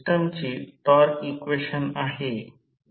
सिस्टमची torque equation आहेत